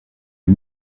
eut